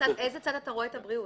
באיזה צד אתה רואה את הבריאות?